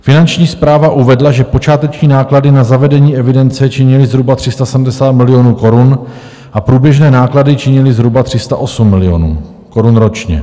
Finanční správa uvedla, že počáteční náklady na zavedení evidence činily zhruba 370 milionů korun a průběžné náklady činily zhruba 308 milionů korun ročně.